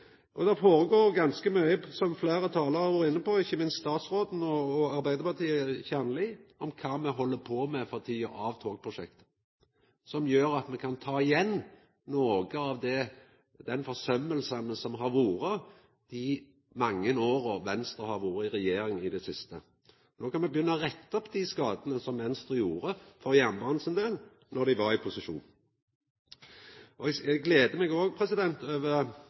Det går føre seg ganske mykje for tida av togprosjekt, som fleire talarar har vore inne på, ikkje minst statsråden og Arbeidarpartiets representant Kjernli, noko som gjer at me kan ta igjen nokre av dei forsømmingane som har vore dei mange åra Venstre har vore i regjering. No kan me begynna å retta opp dei skadane som Venstre gjorde for jernbanen sin del, då dei var i posisjon. Eg gleder meg òg over